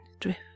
drift